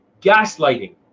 Gaslighting